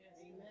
amen